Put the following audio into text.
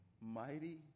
mighty